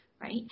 right